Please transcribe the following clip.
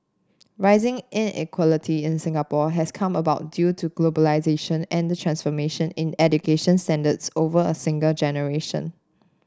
rising inequality in Singapore has come about due to globalisation and the transformation in education standards over a single generation